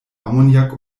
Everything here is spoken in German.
ammoniak